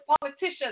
politicians